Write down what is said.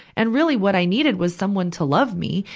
and really, what i needed was someone to love me.